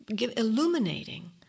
illuminating